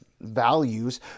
values